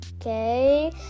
Okay